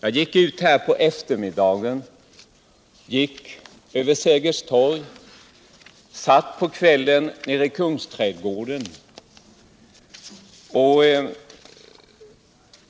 Jag gick härifrån på eftermiddagen, gick över Sergels torg och satt på kvällen en stund nere i Kungsträdgården.